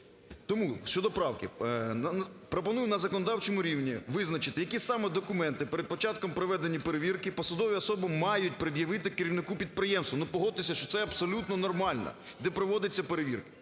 Тому щодо правки. Пропоную на законодавчому рівні визначити, які саме документи перед початком проведення перевірки посадові особи мають пред'явити керівнику підприємства. Ну, погодьтеся, що це абсолютно нормально, де проводяться перевірки.